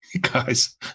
Guys